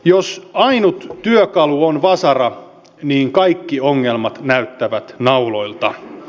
jos ainut työkalu on vasara kaikki ongelmat näyttävät nauloilta